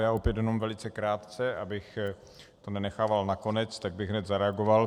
Já opět jenom velice krátce, abych to nenechával nakonec, tak bych hned zareagoval.